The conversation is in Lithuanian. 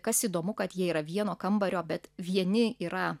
kas įdomu kad jie yra vieno kambario bet vieni yra